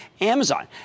Amazon